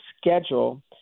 schedule